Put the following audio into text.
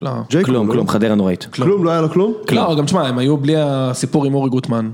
לא, כלום, כלום, חדרה נוראית. כלום, לא היה לו כלום? לא, גם תשמע, הם היו בלי הסיפור עם אורי גוטמן.